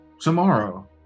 tomorrow